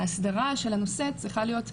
ההסדרה של הנושא צריכה להיות כוללת,